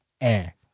air